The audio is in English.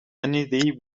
uneasy